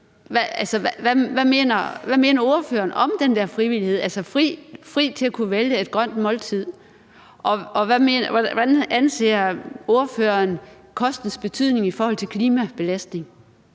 hvad mener ordføreren om den der frivillighed, altså frihed til at kunne vælge et grønt måltid? Og hvordan ser ordføreren på kostens betydning i forhold til klimabelastning?